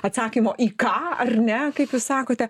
atsakymo į ką ar ne kaip jūs sakote